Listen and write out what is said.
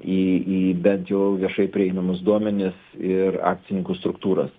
į į bent jau viešai prieinamus duomenis ir akcininkų struktūras